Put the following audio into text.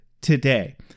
today